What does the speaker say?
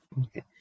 okay